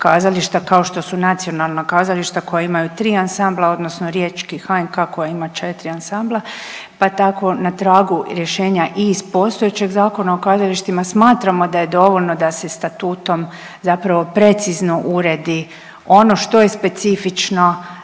kao što su nacionalna kazališta koja imaju tri ansambla odnosno riječki HNK koji ima četri ansambla pa tako na tragu rješenja i iz postojećeg Zakona o kazalištima smatramo da je dovoljno da se statutom zapravo precizno uredi ono što je specifično